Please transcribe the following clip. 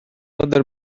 other